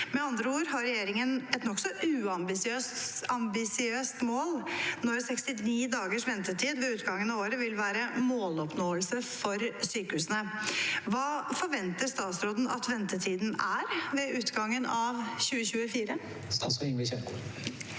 Med andre ord har regjeringen et nokså uambisiøst mål når 69 dagers ventetid ved utgangen av året vil være måloppnåelse for sykehusene. Hva forventer statsråden at ventetiden er ved utgangen av 2024?» Statsråd Ingvild Kjerkol